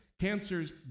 Cancer's